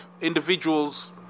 individuals